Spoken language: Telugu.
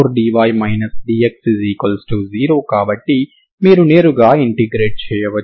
కాబట్టి మీరు ఈ షరతును ఇస్తే xt డొమైన్ లో మీరు utt c2uxx0 ని కలిగి ఉంటారు